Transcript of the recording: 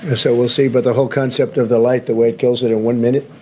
ah so we'll see. but the whole concept of the light, the way it goes that in one minute,